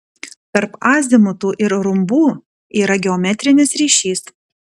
tarp azimutų ir rumbų yra geometrinis ryšys